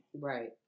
Right